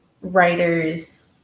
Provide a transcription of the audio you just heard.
writers